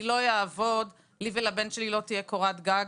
לא אעבוד לי ולבן שלי לא תהיה קורת גג.